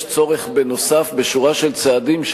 יש צורך בשורה של צעדים נוספים,